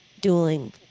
dueling